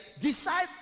decide